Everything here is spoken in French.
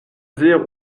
dire